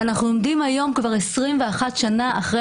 ואנחנו עומדים היום כבר 21 שנה אחרי